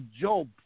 job